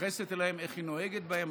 מתייחסת אליהם, איך היא נוהגת בהם.